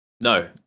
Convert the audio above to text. No